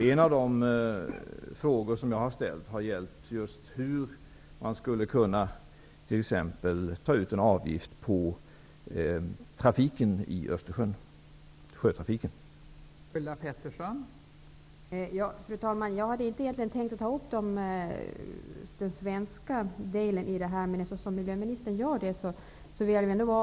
En av de frågor som jag har ställt har gällt just hur man exempelvis skulle kunna ta ut en avgift på sjötrafiken i